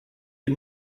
des